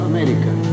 America